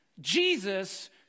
Jesus